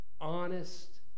honest